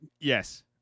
Yes